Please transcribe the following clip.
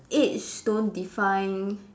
age don't define